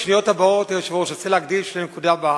את 30 השניות הבאות אנסה להקדיש לנקודה הבאה: